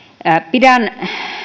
pidän